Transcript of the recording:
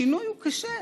שינוי הוא קשה,